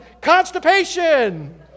constipation